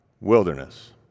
wilderness